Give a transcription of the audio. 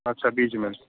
अच्छा बीच में